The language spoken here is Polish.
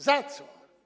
Za co?